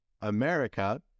America